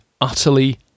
utterly